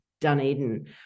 Dunedin